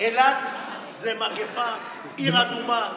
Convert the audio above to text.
אילת זאת מגפה, עיר אדומה.